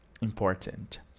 important